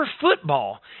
Football